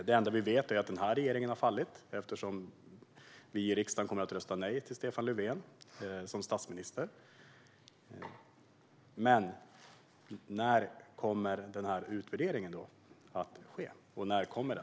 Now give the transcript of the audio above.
Det enda vi vet är att den här regeringen kommer att ha fallit eftersom vi i riksdagen kommer att rösta nej till Stefan Löfven som statsminister. Men när kommer denna utvärdering att ske, och när kommer den?